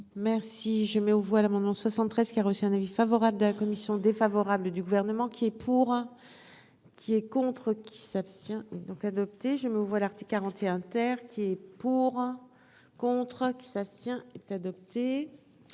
Merci, je mets aux voix l'amendement 73 qui a reçu un avis favorable de la commission défavorable du gouvernement qui est pour. Qui est contre qui s'abstient donc adopté, je me vois l'article 41 terre qui est pour, contre, que ça tient est adopté